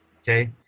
Okay